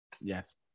Yes